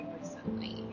recently